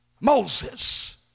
Moses